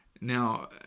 Now